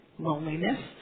loneliness